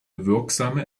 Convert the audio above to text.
wirksame